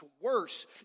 worse